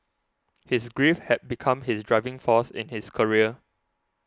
his grief had become his driving force in his career